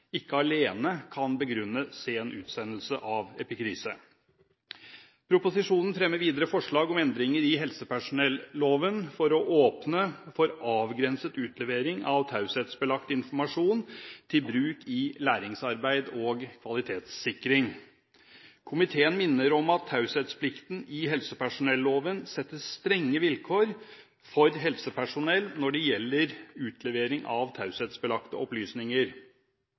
ikke alene kan begrunne sen utsendelse av epikrise. Proposisjonen fremmer videre forslag om endringer i helsepersonelloven for å åpne for avgrenset utlevering av taushetsbelagt informasjon til bruk i læringsarbeid og kvalitetssikring. Komiteen minner om at taushetsplikten i helsepersonelloven setter strenge vilkår for helsepersonell når det gjelder utlevering av taushetsbelagte opplysninger.